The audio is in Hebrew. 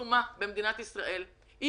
במדינת ישראל פקידות עצומה,